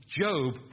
Job